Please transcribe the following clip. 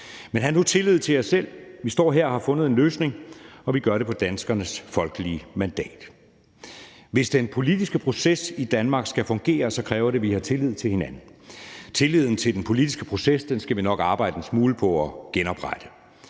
Men hav nu tillid til jer selv. Vi står her og har fundet en løsning, og vi gør det på danskernes folkelige mandat. Hvis den politiske proces i Danmark skal fungere, kræver det, at vi har tillid til hinanden. Tilliden til den politiske proces skal vi nok arbejde en smule på at genoprette,